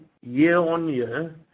year-on-year